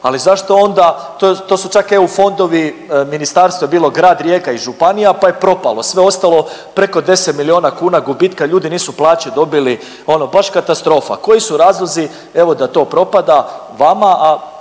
ali zašto onda to su čak eu fondovi ministarstvo je bilo, grad Rijeka i županija pa je propalo, sve ostalo preko 10 milijuna kuna gubitka ljudi nisu plaće dobili ono baš katastrofa. Koji su razlozi evo da propada vama, a